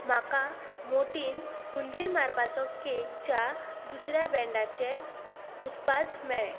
म्हाका मोर्टीन उंदीर मारपाचो केकच्या दुसऱ्या ब्रँडाचें उत्पाद मेळ्ळें